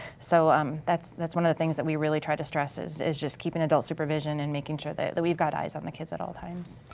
so um that's that's one of the things that we really try to stress is is just keep an adult supervision and makeing sure that we've got eyes on the kids at all times.